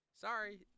sorry